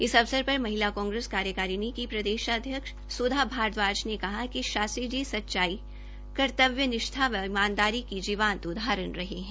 इस अवसर पर महिला कांग्रेस कार्यकारिणी की प्रदेश अध्यक्षा सुधा भारद्वाज ने कहा कि शास्त्री जी सच्चाई कर्तव्यनिष्ठा व ईमानदारी की जीवांत उदारहरण रहे हैं